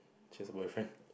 she has a boyfriend